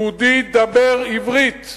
יהודי דבר עברית.